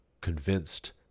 convinced